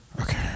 Okay